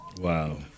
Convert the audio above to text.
Wow